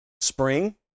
spring